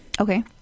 Okay